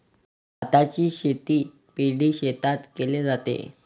भाताची शेती पैडी शेतात केले जाते